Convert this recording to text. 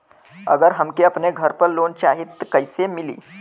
अगर हमके अपने घर पर लोंन चाहीत कईसे मिली?